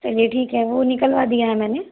चलिए ठीक है वो निकलवा दिया है मैंने